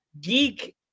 geek